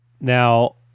Now